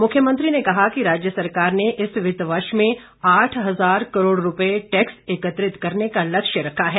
मुख्यमंत्री ने कहा कि राज्य सरकार ने इस वित्त वर्ष में आठ हजार करोड़ रुपए टैक्स एकत्रित करने का लक्ष्य रखा है